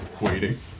waiting